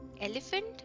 Elephant